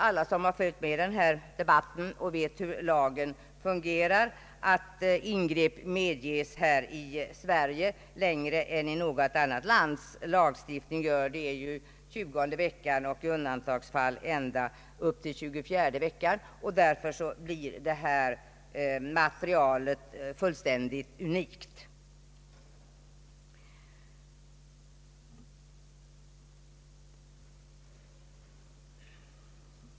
Ingrepp medges här i Sverige vid senare tidpunkt än i något annat land, i tjugonde veckan och i undantagsfall ända till tjugofjärde veckan. Därför blir detta material unikt.